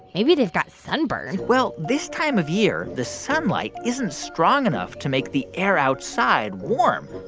maybe they've got sunburn well, this time of year, the sunlight isn't strong enough to make the air outside warm.